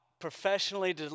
professionally